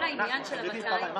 נגזר עלינו ללכת לבחירות.